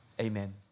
Amen